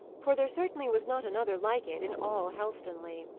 for there certainly was not another like it in all helstonleigh.